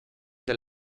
del